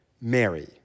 Mary